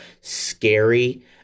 scary